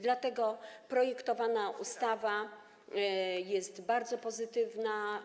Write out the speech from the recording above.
Dlatego projektowana ustawa jest bardzo pozytywna.